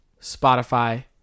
Spotify